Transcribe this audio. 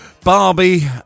Barbie